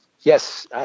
Yes